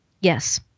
Yes